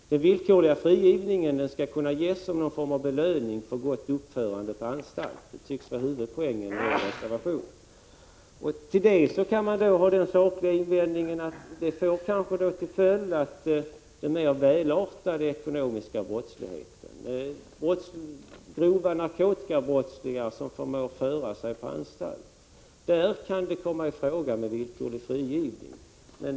Den villkorliga frigivningen skall enligt moderaterna ges som en form av belöning för gott uppförande på anstalt. Det tycks vara huvudpoängen i er reservation. Mot det kan den sakliga invändningen göras att det kanske får till följd att välartade ekonomiska brottslingar och grova narkotikabrottslingar, som förmår föra sig på anstalt, kan bli villkorligt frigivna.